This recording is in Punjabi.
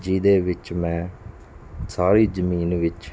ਜਿਹਦੇ ਵਿੱਚ ਮੈਂ ਸਾਰੀ ਜ਼ਮੀਨ ਵਿੱਚ